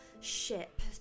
ship